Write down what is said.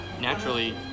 naturally